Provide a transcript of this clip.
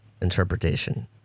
interpretation